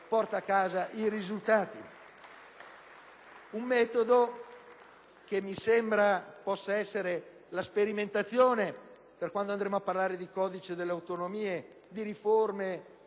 Un metodo che mi sembra possa costituire una sperimentazione per quando andremo a parlare di Codice delle autonomie e di riforme